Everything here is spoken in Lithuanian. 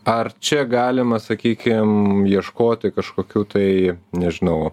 ar čia galima sakykim ieškoti kažkokių tai nežinau